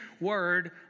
word